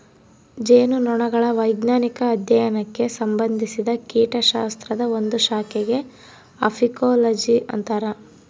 ಜೇನುನೊಣಗಳ ವೈಜ್ಞಾನಿಕ ಅಧ್ಯಯನಕ್ಕೆ ಸಂಭಂದಿಸಿದ ಕೀಟಶಾಸ್ತ್ರದ ಒಂದು ಶಾಖೆಗೆ ಅಫೀಕೋಲಜಿ ಅಂತರ